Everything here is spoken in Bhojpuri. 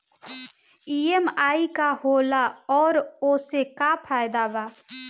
ई.एम.आई का होला और ओसे का फायदा बा?